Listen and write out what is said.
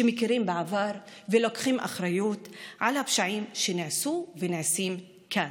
שמכירים בעבר ולוקחים אחריות על הפשעים שנעשו ונעשים כאן.